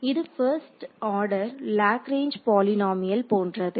இது first order Lagrange polynomial போன்றது